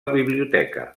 biblioteca